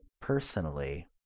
personally